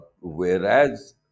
Whereas